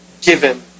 given